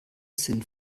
sind